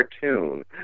cartoon